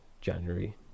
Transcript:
January